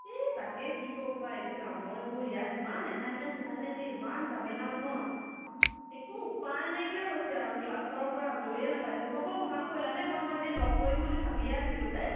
ই তাকে কি ক'বা এইবোৰ কামৰ এইবোৰ ইয়াত ইমান এছাইণ্টমেণ্ট চেছাইণ্টমেণ্ট দিয়ে ইমান জামেলা নহয় একো উপায় নাইকিয়া হৈছে আৰু ক্লাছৰ পৰা আজৰি নেপাইছোঁ হ'ব ভাল কৰিলা দেই মই তোমাক এদিন লগ কৰিম বুলি ভাবিয়ে আছিলোঁ পাই